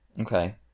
Okay